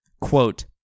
Quote